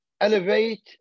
elevate